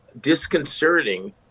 disconcerting